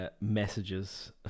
messages